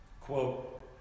Quote